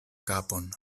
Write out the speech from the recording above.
kapon